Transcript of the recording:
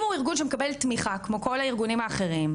אם הוא ארגון שמקבל תמיכה כמו כל הארגונים האחרים,